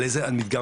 על איזה מדגם?